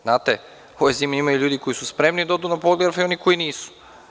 Znate, ima ljudi koji su spremni da odu na poligraf i oni koji nisu.